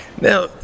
Now